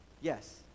Yes